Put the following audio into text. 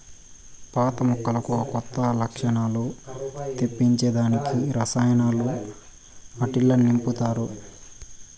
పాత మొక్కలకు కొత్త లచ్చణాలు తెప్పించే దానికి రసాయనాలు ఆట్టిల్ల నింపతారు